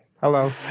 Hello